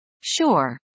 Sure